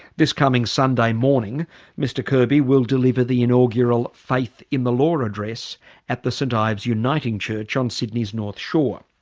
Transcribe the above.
this coming sunday morning mr. kirby will deliver the inaugural faith in the law address at the st ives uniting church on sydney's north shore.